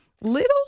little